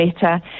better